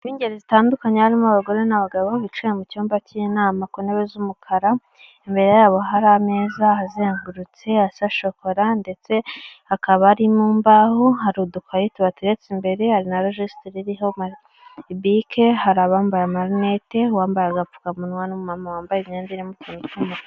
B'ingeri zitandukanye harimo abagore n'abagabo bicaye mu cyumba cy'inama ku ntebe z'umukara imbere yabo hari ameza azengurutse asa shokora ndetse hakaba ari mu imbaho hari udukarito bateretse imbere hari na regesitere, bike hari abambaye amarinete wambaye agapfukamunwa n'umumama wambaye imyenda irimo utuntu tw'umutuku.